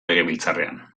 legebiltzarrean